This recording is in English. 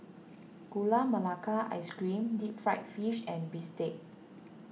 Gula Melaka Ice Cream Deep Fried Fish and Bistake